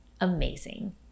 amazing